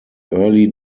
early